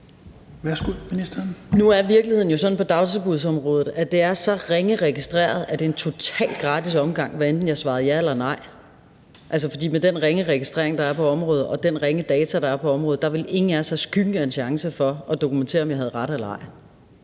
Nu er virkeligheden jo sådan på dagtilbudsområdet, at det er så ringe registreret, at det ville være en total gratis omgang, hvad enten jeg svarede ja eller nej. For med den ringe registrering, der er på området, og de ringe data, der er på området, ville ingen af os have skyggen af chance for at dokumentere, om jeg havde ret eller ej.